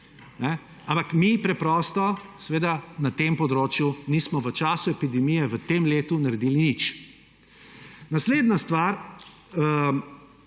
Ampak mi preprosto na tem področju nismo v času epidemije v tem letu naredili nič. Naslednja stvar,